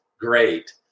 great